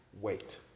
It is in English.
wait